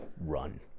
run